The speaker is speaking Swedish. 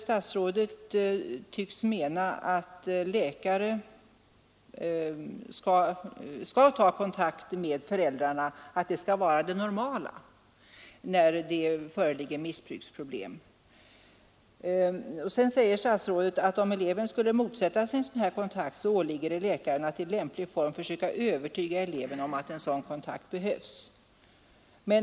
Statsrådet tycks mena att det normala skall vara att skolläkaren tar kontakt med föräldrarna när det föreligger missbruksproblem. Sedan säger statsrådet: ”Skulle eleven motsätta sig en kontakt, åligger det läkaren att i lämplig form försöka övertyga eleven om att kontakten behövs ———.